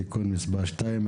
(תיקון מס' 2),